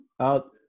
out